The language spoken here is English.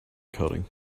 coding